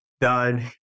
done